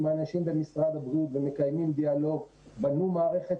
האנשים במשרד הבריאות ומקיימים דיאלוג ובנו מערכת